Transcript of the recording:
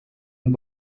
and